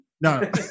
No